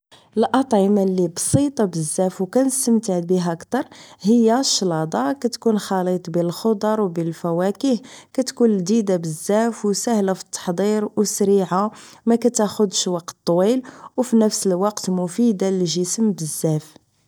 الاطعمة اللي بسيطة بزاف و كنستمتع بها كتر هيا الشلاضة كتكون خليط بين الخضر و بين الفواكه كتكون لديدة بزاف و ساهلة فالتحضير و سريعة مكتاخدش وقت طويل و بنفس الوقت مفيدة للجسم بزاف